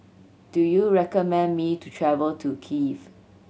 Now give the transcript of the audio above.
do you recommend me to travel to Kiev